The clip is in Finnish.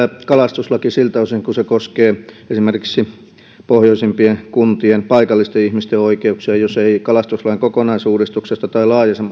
kalastuslaki pitäisi avata siltä osin kuin se koskee esimerkiksi pohjoisimpien kuntien paikallisten ihmisten oikeuksia jos ei kalastuslain kokonaisuudistuksesta tai